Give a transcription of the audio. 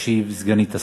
תשיב סגנית השר.